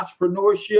entrepreneurship